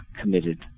committed